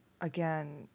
again